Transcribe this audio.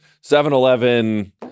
7-Eleven